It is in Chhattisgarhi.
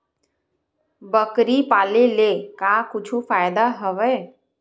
बकरी पाले ले का कुछु फ़ायदा हवय?